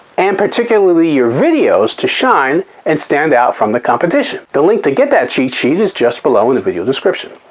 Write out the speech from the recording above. and particularly your videos, to shine and stand out from the competition. the link to get that cheat sheet is just below in the video description.